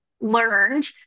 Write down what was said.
learned